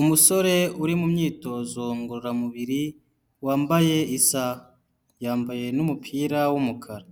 Umusore uri mu myitozo ngororamubiri wambaye isaha yambaye n'umupira w'umukara.